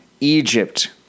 Egypt